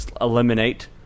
eliminate